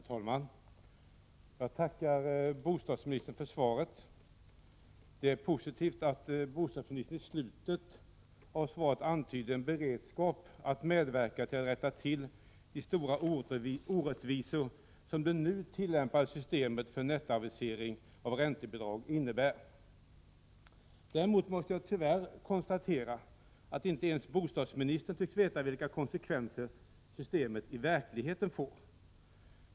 Herr talman! Jag tackar bostadsministern för svaret. Det är positivt att bostadsministern i slutet av svaret antyder en beredskap att medverka till att rätta till de stora orättvisor som det nu tillämpade systemet med nettoaviseringen av räntebidragen innebär. Däremot måste jag tyvärr konstatera att inte ens bostadsministern tycks veta vilka konsekvenser systemet i verkligheten får.